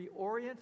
reorient